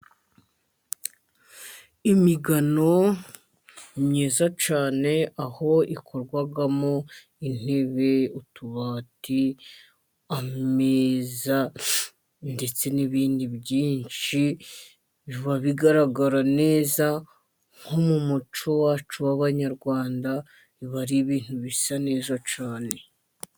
Imigano ni myiza cyane, aho ikorwamo intebe, utubati, ameza, ndetse n'ibindi byinshi. Biba bigaragara neza nko mu muco wacu w'abanyarwanda, biba ari ibintu bisa neza cyane.